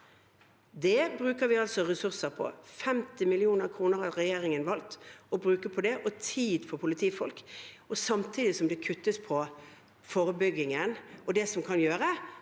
Det bruker vi altså ressurser på. 50 mill. kr har regjeringen valgt å bruke på det – og tid for politifolk, samtidig som det kuttes i forebyggingen og det som kan gjøre